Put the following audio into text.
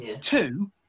two